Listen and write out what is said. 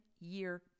year